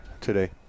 today